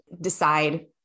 decide